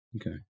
Okay